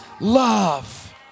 love